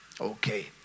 Okay